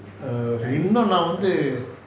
err இன்னும் நான் வந்து:innum naan vanthu